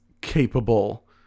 capable